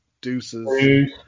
deuces